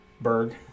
Berg